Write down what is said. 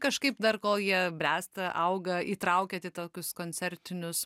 kažkaip dar kol jie bręsta auga įtraukiat į tokius koncertinius